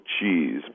cheese